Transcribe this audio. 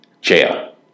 jail